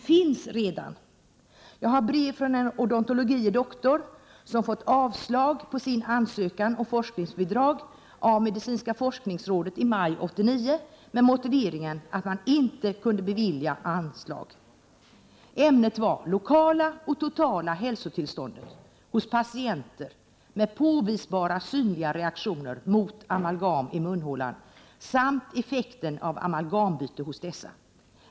Jag har ett brev från en odontologie doktor som har fått avslag på sin ansökan om forskningsbidrag av medicinska forskningsrådet i maj 1989 med motiveringen att man inte kunde bevilja anslag. Ämnet var: Det lokala och totala hälsotillståndet hos patienter med amalgambyte hos dessa.